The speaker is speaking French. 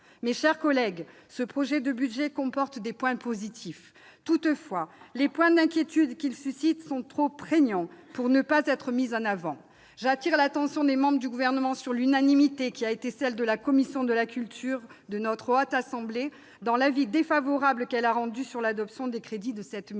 Mes chers collègues, ce projet de budget comporte des points positifs. Toutefois, les motifs d'inquiétude qu'il suscite sont trop prégnants pour ne pas être mis en avant. J'attire l'attention des membres du Gouvernement sur l'unanimité qui a prévalu à la commission de la culture de la Haute Assemblée au moment d'émettre un avis défavorable sur l'adoption des crédits de cette mission.